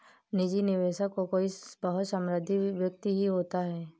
निजी निवेशक कोई बहुत समृद्ध व्यक्ति ही होता है